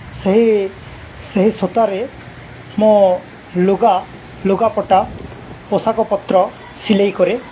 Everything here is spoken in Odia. ସେହି ସେହି ସୁତାରେ ମୁଁ ଲୁଗା ଲୁଗାପଟା ପୋଷାକପତ୍ର ସିଲେଇ କରେ